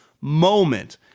moment